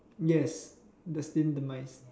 yes destined demise